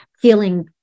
feeling